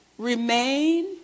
Remain